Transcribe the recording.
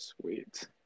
sweet